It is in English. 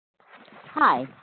Hi